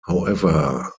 however